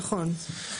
נכון.